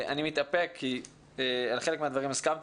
אני מתאפק כי על חלק מהדברים הסכמתי